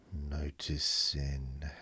noticing